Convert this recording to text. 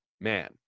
man